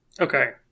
Okay